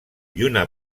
lluna